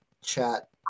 chat